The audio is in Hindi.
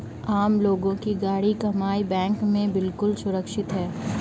आम लोगों की गाढ़ी कमाई बैंक में बिल्कुल सुरक्षित है